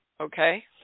okay